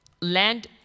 land